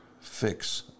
fix